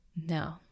No